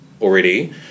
already